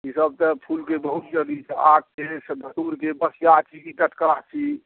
ई सब तऽ फूलके बहुत जल्दी छै आकके धथुरके बसिआ छी कि टटका छी